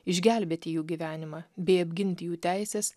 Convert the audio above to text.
išgelbėti jų gyvenimą bei apgint jų teises